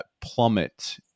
plummet